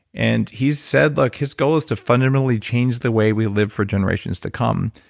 and he's said look, his goal is to fundamentally change the way we live for generations to come.